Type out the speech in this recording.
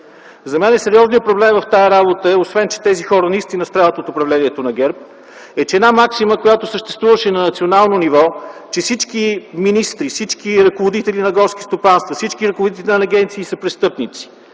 За мен сериозният проблем в тази работа, освен че тези хора наистина страдат от управлението на ГЕРБ е, че максимата, която съществуваше на национално ниво, че всички министри, ръководители на горски стопанства, всички ръководители на агенции са престъпници